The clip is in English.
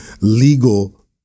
legal